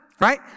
right